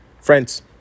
Friends